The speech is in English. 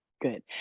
good